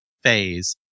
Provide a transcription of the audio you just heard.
phase